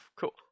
cool